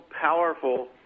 powerful